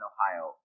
Ohio